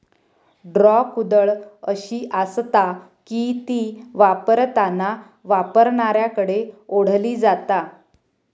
draw कुदळ अशी आसता की ती वापरताना वापरणाऱ्याकडे ओढली जाता